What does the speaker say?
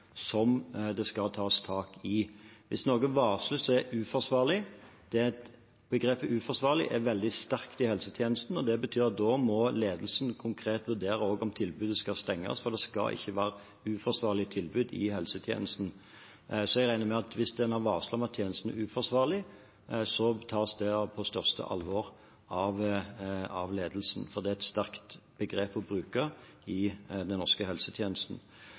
som det skal tas tak i. Begrepet «uforsvarlig» er veldig sterkt i helsetjenesten, og hvis noe varsles som uforsvarlig, betyr det at ledelsen konkret må vurdere om tilbudet skal stenges, for det skal ikke være uforsvarlige tilbud i helsetjenesten. Så jeg regner med at hvis man har varslet om at en tjeneste er uforsvarlig, tas det på største alvor av ledelsen, for det er et sterkt begrep å bruke i den norske helsetjenesten.